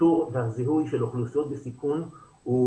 האיתור והזיהוי של אוכלוסיות בסיכון הוא